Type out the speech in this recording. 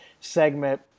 segment